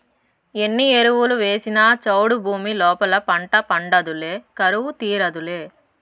ఎన్ని ఎరువులు వేసినా చౌడు భూమి లోపల పంట పండేదులే కరువు తీరేదులే